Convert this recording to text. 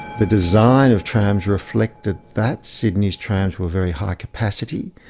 the design of trams reflected that. sydney's trams were very high capacity,